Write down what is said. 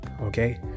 Okay